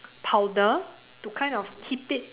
powder to kind of keep it